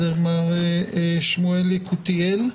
מר שמואל יקותיאל,